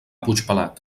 puigpelat